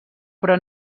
però